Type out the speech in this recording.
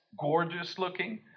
gorgeous-looking